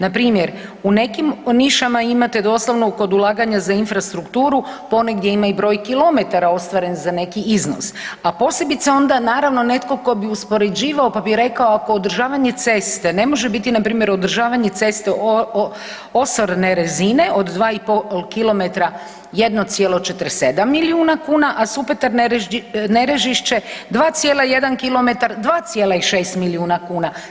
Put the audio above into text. Npr. u nekim nišama imate doslovno kod ulaganja za infrastrukturu ponegdje ima i broj kilometara ostvaren za neki iznos, a posebice onda naravno netko tko bi uspoređivao, pa bi rekao ako održavanje ceste ne može biti npr. održavanje ceste osorne razine od 2,5 km 1,47 milijuna kuna, a Supetar-Nerežišće 2,1 km 2,6 milijuna kuna.